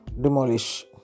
Demolish